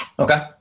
Okay